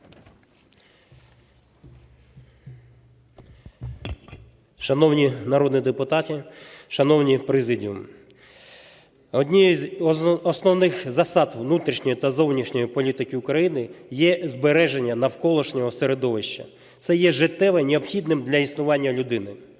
Шановні народні депутати, шановна президія, однією з основних засад внутрішньої та зовнішньої політики України є збереження навколишнього середовища. Це є життєво необхідним для існування людини.